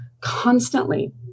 constantly